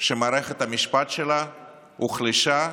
שמערכת המשפט שלה הוחלשה,